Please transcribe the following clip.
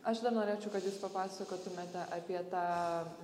aš dar norėčiau kad jūs papasakotumėte apie tą